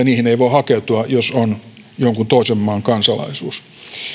niihin ei voi hakeutua jos on jonkun toisen maan kansalaisuus